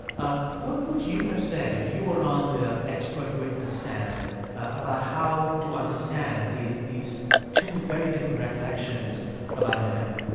um what would you have said if you were on the expert witness stand about how to understand these two very different recollections about an event?